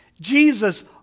Jesus